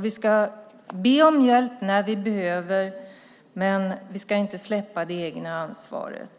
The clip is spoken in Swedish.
Vi ska be om hjälp när vi behöver, men vi ska inte släppa det egna ansvaret.